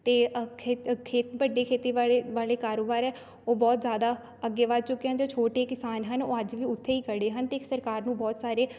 ਅਤੇ ਔਖੇ ਖੇ ਵੱਡੇ ਖੇਤੀ ਵਾਲੇ ਵਾਲੇ ਕਾਰੋਬਾਰ ਹੈ ਉਹ ਬਹੁਤ ਜ਼ਿਆਦਾ ਅੱਗੇ ਵੱਧ ਚੁੱਕੇ ਹਨ ਜੋ ਛੋਟੇ ਕਿਸਾਨ ਹਨ ਉਹ ਅੱਜ ਵੀ ਉੱਥੇ ਹੀ ਖੜ੍ਹੇ ਹਨ ਅਤੇ ਇੱਕ ਸਰਕਾਰ ਨੂੰ ਬਹੁਤ ਸਾਰੇ